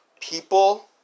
People